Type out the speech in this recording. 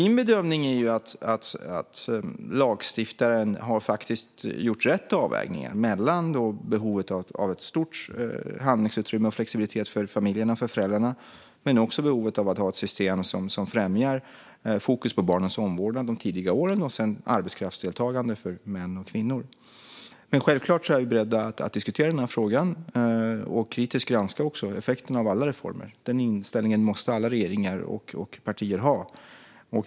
Min bedömning är att lagstiftaren har gjort rätt avvägningar mellan behovet av ett stort handlingsutrymme och flexibilitet för familjen och föräldrarna och behovet av att ha ett system som främjar fokus på barnens omvårdnad de tidiga åren och sedan arbetskraftsdeltagande för män och kvinnor. Vi är självklart beredda att diskutera den här frågan och också kritiskt granska effekterna av alla reformer. Den inställningen måste alla regeringar och partier ha.